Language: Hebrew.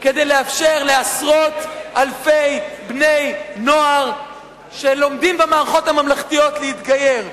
כדי לאפשר לעשרות אלפי בני-נוער שלומדים במערכות הממלכתיות להתגייר.